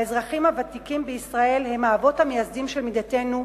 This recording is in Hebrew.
האזרחים הוותיקים בישראל הם האבות המייסדים של מדינתנו,